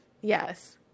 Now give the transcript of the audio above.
Yes